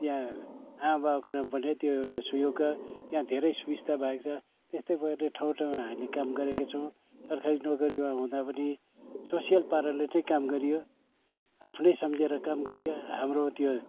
त्यहाँ आमा बाबाको नाममा पनि त्यो एउटा सुयोग त्यहाँ धेरै सुबिस्ता भएको छ त्यस्तै पाराले ठाउँ ठाउँमा हामीले काम गरेका छौँ सरकारी नोकरीमा हुँदा पनि सोसियल पाराले नै काम गरियो आफ्नै सस्झेर काम गरियो हाम्रो त्यो